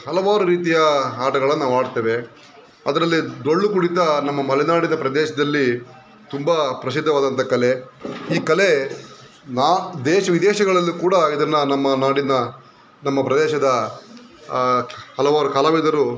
ಹಲವಾರು ರೀತಿಯ ಆಟಗಳನ್ನು ನಾವು ಆಡ್ತೇವೆ ಅದರಲ್ಲಿ ಡೊಳ್ಳು ಕುಣಿತ ನಮ್ಮ ಮಲೆನಾಡಿನ ಪ್ರದೇಶದಲ್ಲಿ ತುಂಬ ಪ್ರಸಿದ್ಧವಾದಂಥ ಕಲೆ ಈ ಕಲೆ ನಾ ದೇಶ ವಿದೇಶಗಳಲ್ಲಿ ಕೂಡ ಇದನ್ನು ನಮ್ಮ ನಾಡಿನ ನಮ್ಮ ಪ್ರದೇಶದ ಹಲವಾರು ಕಲಾವಿದರು